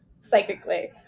psychically